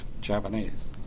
Japanese